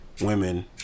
women